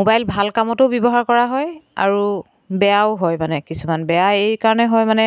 mobile ভাল কামতো ব্যৱহাৰ কৰা হয় আৰু বেয়াও হয় মানে কিছুমান বেয়া এইকাৰণে হয় মানে